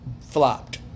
flopped